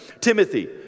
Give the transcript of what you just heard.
Timothy